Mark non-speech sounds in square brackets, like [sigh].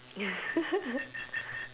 [laughs]